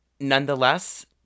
nonetheless